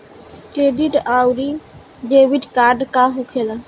Credit आउरी debit card का होखेला?